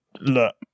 look